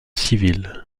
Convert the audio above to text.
civil